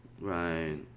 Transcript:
Right